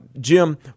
Jim